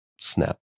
snap